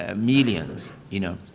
ah millions, you know.